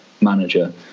manager